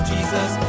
Jesus